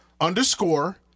underscore